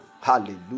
Hallelujah